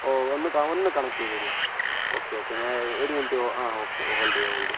ഓ ഒന്ന് ഒന്ന് കണക്ട് ചെയ്ത് തരുമോ ഓക്കെ ഓക്കെ ഞാ ഒരു മിനിറ്റ് ആ ഓക്കെ ഹോൾഡ് ചെയ്യാം ഹോൾഡ് ചെയ്യാം